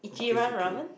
Daisuke